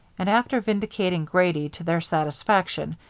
and after vindicating grady to their satisfaction,